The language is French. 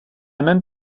même